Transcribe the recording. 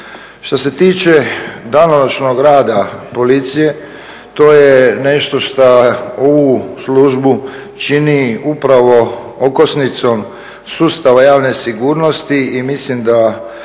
Što se tiče danonoćnog rada policije to je nešto šta ovu službu čini upravo okosnicom sustava javne sigurnosti i mislim da